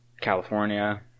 California